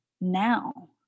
now